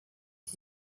iki